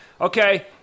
okay